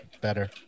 better